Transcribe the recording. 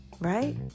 right